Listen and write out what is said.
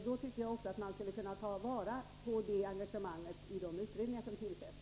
Då tycker jag att man borde ta vara på det engagemanget i de utredningar som tillsätts.